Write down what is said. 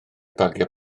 bagiau